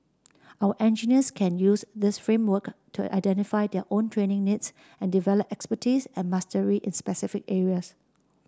our engineers can use this framework to identify their own training needs and develop expertise and mastery in specific areas